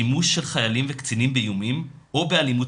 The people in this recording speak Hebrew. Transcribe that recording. שימוש של חיילים וקצינים באיומים או באלימות